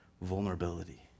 vulnerability